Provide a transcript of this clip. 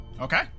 Okay